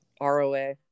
ROA